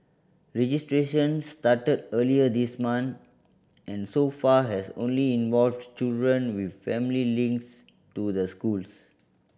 registration started earlier this month and so far has only involved children with family links to the schools